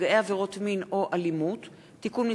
נפגעי עבירות מין או אלימות (תיקון מס'